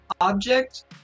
object